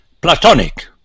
platonic